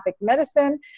medicine